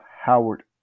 Howard